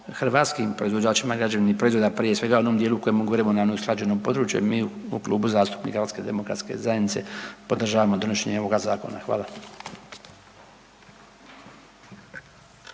hrvatskim proizvođačima građevinih proizvoda prije svega u onom dijelu o kojem govorimo na neusklađenom području jer mi u Klubu zastupnika HDZ-a podržavamo donošenje ovoga zakona. Hvala.